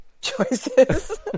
choices